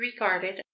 regarded